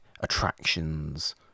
attractions